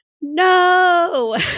no